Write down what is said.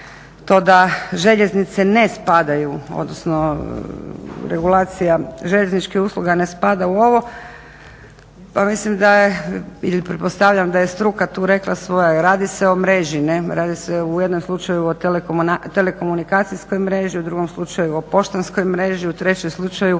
to da željeznice ne spadaju odnosno regulacija željezničkih usluga ne spada u ovo. Pa mislim da je, ili pretpostavljam da je struka rekla svoje, radi se o mreži, radi se u jednom slučaju o telekomunikacijskoj mreži, u drugom slučaju o poštanskoj mreži, u trećem slučaju